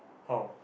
how